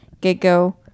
get-go